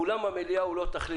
אולם המליאה הוא לא תכלית.